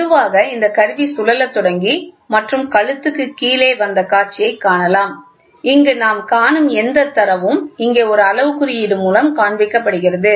மெதுவாக இந்த கருவி சுழலத் தொடங்கி மற்றும் கழுத்து கீழே வந்த காட்சியை காணலாம் இங்கு நாம் காணும் எந்த தரவும் இங்கே ஒரு அளவுக் குறியீடு மூலம் காண்பிக்கப்படுகிறது